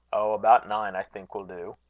oh! about nine i think will do.